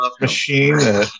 machine